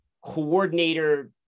Coordinator